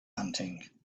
hunting